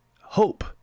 hope